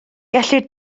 gellir